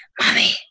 Mommy